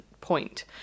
point